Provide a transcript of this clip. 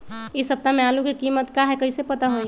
इ सप्ताह में आलू के कीमत का है कईसे पता होई?